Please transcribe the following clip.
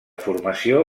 formació